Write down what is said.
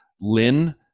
Lynn